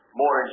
more